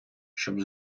щоб